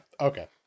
okay